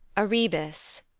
a rebus,